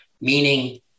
Meaning